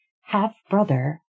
half-brother